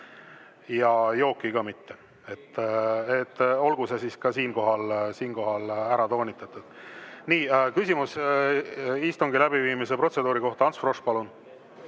ja jooki ka mitte. Olgu see siis ka siinkohal ära toonitatud. Nii. Küsimus istungi läbiviimise protseduuri kohta, Ants Frosch, palun!